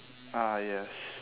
ah yes